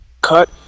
cut